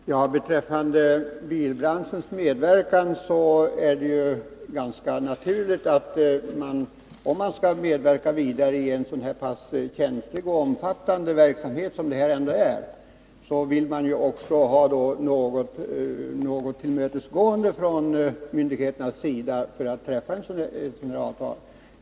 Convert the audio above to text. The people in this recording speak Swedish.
Herr talman! Beträffande bilbranschens medverkan vill jag säga att det är ganska naturligt att branschen, om den skall medverka i en så pass känslig och omfattande verksamhet som det här gäller, för att kunna träffa ett avtal också vill ha något tillmötesgående från myndigheternas sida.